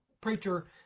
preacher